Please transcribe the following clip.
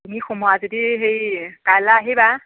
তুমি সোমোৱা যদি হেৰি কাইলৈ আহিবা